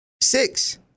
Six